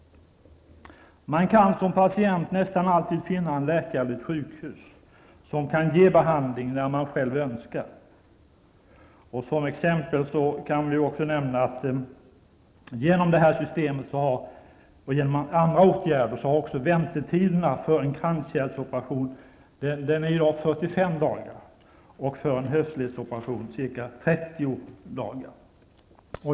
Man kan som patient nästan alltid finna en läkare som kan ge behandling vid det sjukhus som man själv önskar. Som exempel kan jag nämna att genom detta system och andra åtgärder har väntetiderna för kranskärlsoperationer gått ned till 30 dagar.